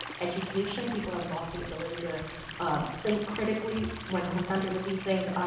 education. people have lost the ability to think critically when confronted with these things.